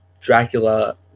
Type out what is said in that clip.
Dracula